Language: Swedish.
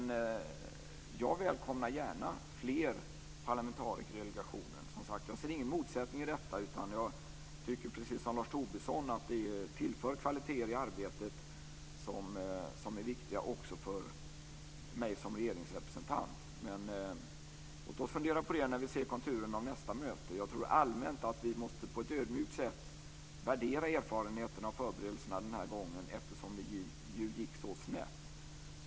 Jag välkomnar gärna fler parlamentariker i delegationen. Jag ser ingen motsättning i detta, utan jag tycker, precis som Lars Tobisson, att det tillför kvaliteter i arbetet som är viktiga också för mig som regeringsrepresentant. Låt oss fundera på det när vi ser konturerna av nästa möte. Jag tror allmänt att vi på ett ödmjukt sätt måste värdera erfarenheterna av förberedelserna den här gången, eftersom det ju gick så snett.